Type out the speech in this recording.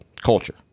culture